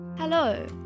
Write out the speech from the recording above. Hello